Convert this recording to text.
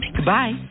Goodbye